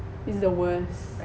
it's the worst